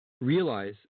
Realize